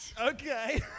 Okay